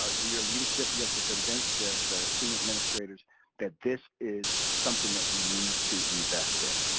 ah your leadership, you have to convince the the senior administrators that this is something that we need to invest in.